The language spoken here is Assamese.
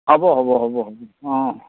হ'ব হ'ব হ'ব হ'ব অঁ